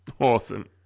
Awesome